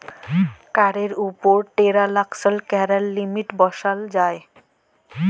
কাড়ের উপর টেরাল্সাকশন ক্যরার লিমিট বসাল যায়